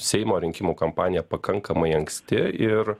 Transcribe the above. seimo rinkimų kampanija pakankamai anksti ir